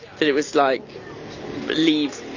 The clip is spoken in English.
that it was like leave,